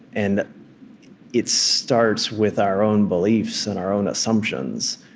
and it starts with our own beliefs and our own assumptions.